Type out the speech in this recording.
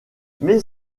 mais